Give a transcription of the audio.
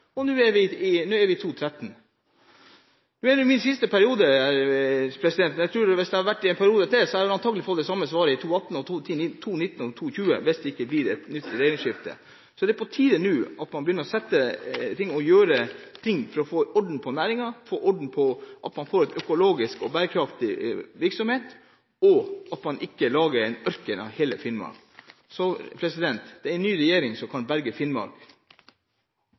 siden: Nå skal vi starte. Vi skal se på det. Nå er vi i 2013, og jeg er inne i min siste periode, men jeg tror at jeg antagelig hadde fått det samme svaret i 2018, 2019 og 2020 hvis jeg hadde sittet noen perioder til, og det ikke blir et regjeringsskifte. Det er på tide at man begynner å gjøre ting for å få orden på næringen, for å få en økologisk og bærekraftig virksomhet og forhindrer at man lager en ørken av hele Finnmark. Det er en ny regjering som kan berge Finnmark.